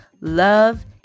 love